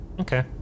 Okay